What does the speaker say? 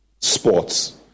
sports